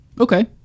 Okay